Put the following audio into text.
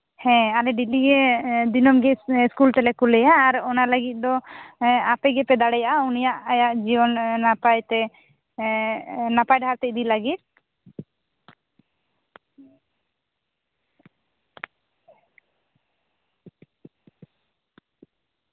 ᱦᱮᱸ ᱟᱞᱮ ᱰᱮᱞᱤ ᱜᱮ ᱟᱨ ᱫᱤᱱᱟᱹᱢ ᱤᱥᱠᱩᱞ ᱛᱮᱞᱮ ᱠᱩᱞᱮᱭᱟ ᱟᱨ ᱚᱱᱟ ᱞᱟ ᱜᱤᱫ ᱫᱚ ᱮᱸᱜ ᱟᱯᱮ ᱜᱮᱯᱮ ᱫᱟᱲᱮᱭᱟᱜᱼᱟ ᱩᱱᱤᱭᱟᱜ ᱡᱤᱭᱚᱱ ᱱᱟᱯᱟᱭ ᱛᱮ ᱮᱸᱜ ᱱᱟᱯᱟᱭ ᱰᱟᱦᱟᱨᱛᱮ ᱤᱫᱤ ᱞᱟ ᱜᱤᱫ